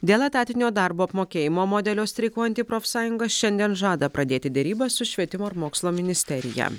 dėl etatinio darbo apmokėjimo modelio streikuojanti profsąjunga šiandien žada pradėti derybas su švietimo ir mokslo ministerija